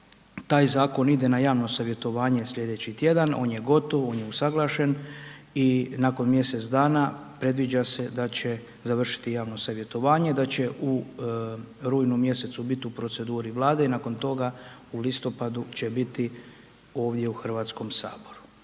taj zakon ide na javno savjetovanje slijedeći tjedan, on je gotov, on je usuglašen i nakon mjesec dana predviđa se završiti javno savjetovanje, da će u rujnu mjesecu bit u proceduri Vlade i nakon toga i listopadu će biti ovdje u Hrvatskom saboru.